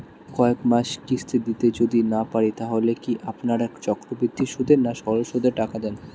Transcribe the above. কয়েক মাস কিস্তি দিতে যদি না পারি তাহলে কি আপনারা চক্রবৃদ্ধি সুদে না সরল সুদে টাকা দেন?